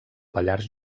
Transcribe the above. pallars